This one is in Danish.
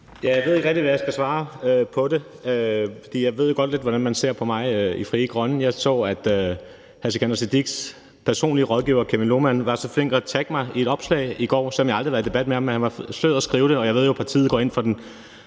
Jeg ved ikke rigtig, hvad jeg skal svare på det, for jeg ved godt, hvordan man ser på mig i Frie Grønne. Jeg så, at hr. Sikandar Siddiques personlige rådgiver, Kevin Loumann, var så flink at tagge mig i et opslag i går, selv om jeg aldrig har været i debat med ham, men han var sød at skrive det, og jeg ved jo, at partiet går ind for den